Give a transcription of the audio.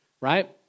right